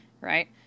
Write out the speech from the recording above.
right